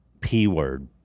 P-word